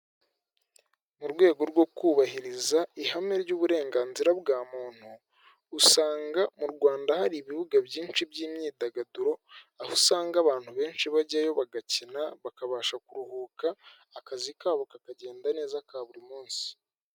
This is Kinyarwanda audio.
Mu rwego rwo kubahiriza ihame ry'uburenganzira bwa muntu usanga mu rwanda hari ibibuga byinshi by'imyidagaduro aho usanga abantu benshi bajyayo bagakina bakabasha kuruhuka, akazi kabo kakagenda neza ka buri munsi.